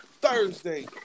Thursday